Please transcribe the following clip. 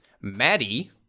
Maddie